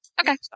Okay